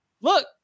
Look